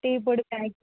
tea పొడి packet